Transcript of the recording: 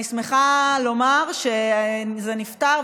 אני שמחה לומר שזה נפתר,